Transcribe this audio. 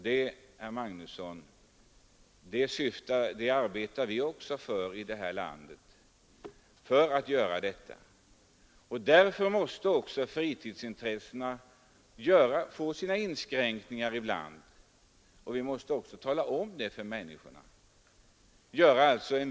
Det, herr Magnusson, arbetar vi också för här i landet. Därför måste fritidsintressena ibland få vissa inskränkningar, och det måste vi tala om för människorna.